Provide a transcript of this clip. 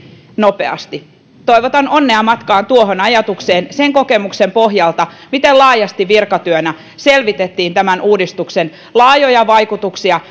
nopeasti toivotan onnea matkaan tuohon ajatukseen sen kokemuksen pohjalta miten laajasti virkatyönä selvitettiin tämän uudistuksen laajoja vaikutuksia